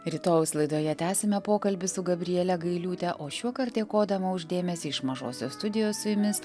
rytojaus laidoje tęsime pokalbį su gabriele gailiūte o šiuokart dėkodama už dėmesį iš mažosios studijos su jumis